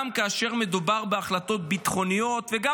גם כאשר מדובר בהחלטות ביטחוניות וגם